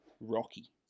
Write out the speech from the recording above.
Rocky